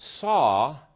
saw